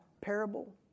parable